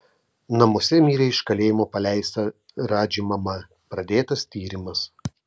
namuose mirė iš kalėjimo paleista radži mama pradėtas tyrimas